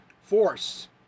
force